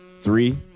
Three